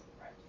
right